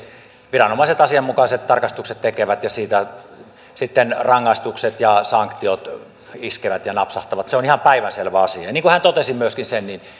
viranomaiset asianmukaiset tarkastukset tekevät ja siitä sitten rangaistukset ja sanktiot iskevät ja napsahtavat se on ihan päivänselvä asia ja niin kuin hän myöskin totesi